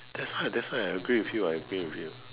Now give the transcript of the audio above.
that's why that's why I agree with you I agree with you